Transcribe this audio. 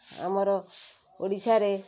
ଆମର ଓଡ଼ିଶାରେ